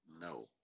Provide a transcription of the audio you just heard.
no